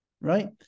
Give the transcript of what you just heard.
Right